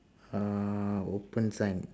uh open sign